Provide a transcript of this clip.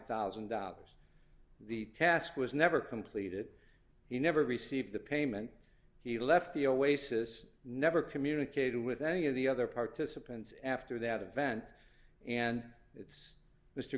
thousand dollars the task was never completed he never received the payment he left the always has never communicated with any of the other participants after that event and it's